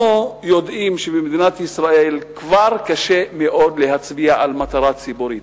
אנחנו יודעים שבמדינת ישראל כבר קשה מאוד להצביע על מטרה ציבורית.